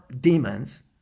demons